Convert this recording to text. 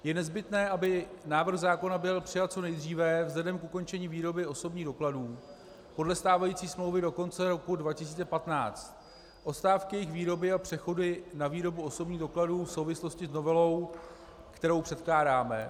Je nezbytné, aby návrh zákona byl přijat co nejdříve vzhledem k ukončení výroby osobních dokladů podle stávající smlouvy do konce roku 2015, odstávky jejich výroby a přechody na výrobu osobních dokladů v souvislosti s novelou, kterou předkládáme.